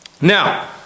Now